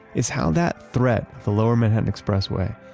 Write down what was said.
is how that threat, the lower manhattan expressway,